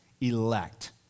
elect